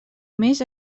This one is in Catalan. més